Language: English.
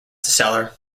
seller